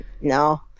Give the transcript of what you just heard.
No